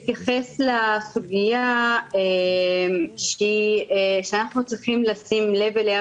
אני צריכה להתייחס לסוגיה שאנחנו צריכים לשים לב אליה